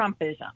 Trumpism